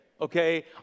okay